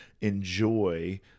enjoy